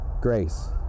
grace